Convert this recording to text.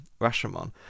Rashomon